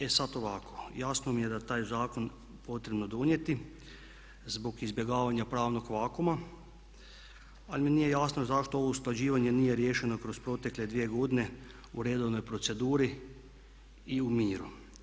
E sada ovako, jasno mi je da je taj zakon potrebno donijeti zbog izbjegavanja pravnog vakuuma ali mi nije jasno zašto ovo usklađivanje nije riješeno kroz protekle 2 godine u redovnoj proceduri i u miru.